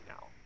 now